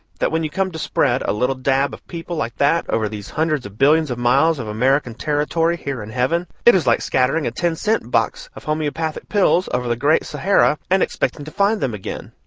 that when you come to spread a little dab of people like that over these hundreds of billions of miles of american territory here in heaven, it is like scattering a ten-cent box of homoeopathic pills over the great sahara and expecting to find them again.